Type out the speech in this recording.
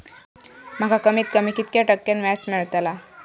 माका कमीत कमी कितक्या टक्क्यान व्याज मेलतला?